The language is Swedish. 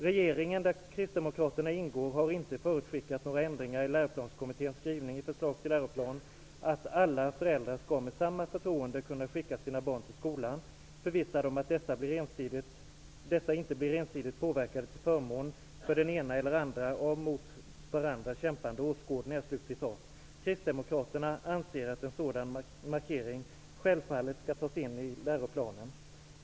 Regeringen -- där Kristdemokraterna ingår -- har inte förutskickat några ändringar i Läroplanskommitténs skrivning i förslag till läroplan att ''alla föräldrar skall med samma förtroende kunna skicka sina barn till skolan, förvissade om att dessa inte blir ensidigt påverkade till förmån för den ena eller andra av mot varandra kämpande åskådningar''. Kristdemokraterna anser att en sådan markering självfallet skall tas in i läroplanen.